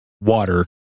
water